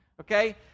okay